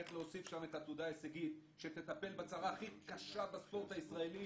איך להוסיף שם את העתודה ההישגית שתטפל בצרה הכי קשה בספורט הישראלי,